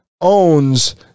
owns